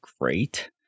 great